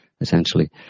essentially